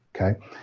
okay